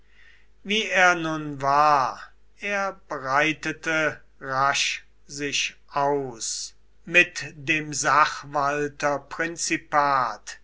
wie er nun war er breitete rasch sich aus mit dem